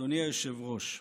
אדוני היושב-ראש,